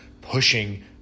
pushing